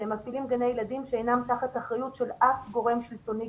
שמפעילים גני ילדים שכרגע אינם תחת אחריות של אף גורם שלטוני.